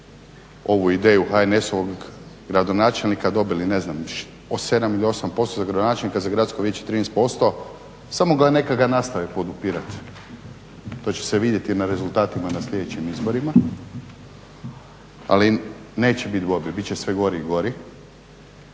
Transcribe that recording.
ovu ideju HNS-ovog gradonačelnika dobili ne znam 7 ili 8% za gradonačelnika za Gradsko vijeće 13%. Samo neka ga nastave podupirati, to će se vidjeti na rezultatima na sljedećim izborima. Ali neće biti bolji, bit će sve gori i gori.